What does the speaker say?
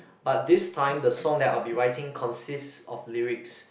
but this time the song that I'll be writing consists of lyrics